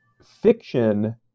fiction